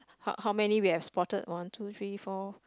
how how many we have spotted one two three four